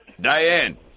Diane